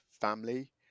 family